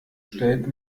stellt